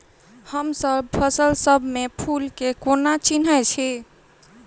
हमसब फसल सब मे फूल केँ कोना चिन्है छी?